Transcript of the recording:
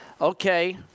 okay